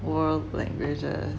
world language err